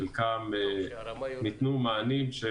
בחלקם ניתנו מענים,